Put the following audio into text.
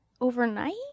overnight